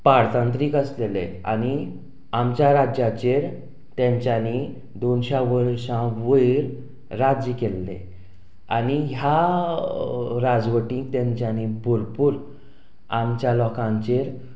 पारतंत्रीक आसलेले आनी आमच्या राज्याचेर तेंच्यांनी दोनशां वर्शां वयर राज्य केल्लें आनी ह्या राजवटींक तेंच्यांनी भरपूर आमच्या लोकांचेर